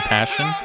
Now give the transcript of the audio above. Passion